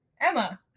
Emma